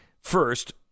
first